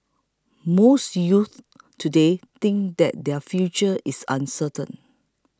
most youths today think that their future is uncertain